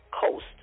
coast